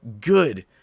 good